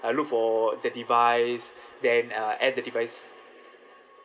uh look for the device then uh add the device